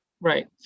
Right